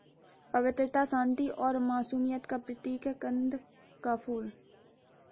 पवित्रता, शांति और मासूमियत का प्रतीक है कंद का फूल